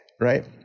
right